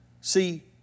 See